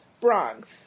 Bronx